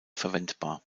verwendbar